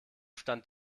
stand